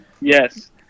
Yes